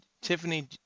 Tiffany